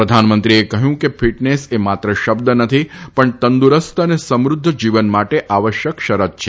પ્રધાનમંત્રીએ કહ્યું કે ફિટનેસ એ માત્ર શબ્દ નથી પણ તંદુરસ્ત અને સમૃધ્ધ જીવન માટે આવશ્યક શરત છે